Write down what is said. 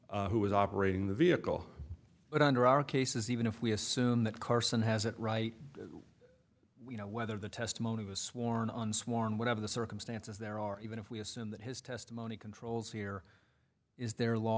and who was operating the vehicle but under our cases even if we assume that carson has it right you know whether the testimony was sworn on sworn whatever the circumstances there are even if we assume that his testimony controls here is there law